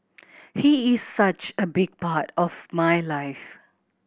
he is such a big part of my life